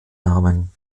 namen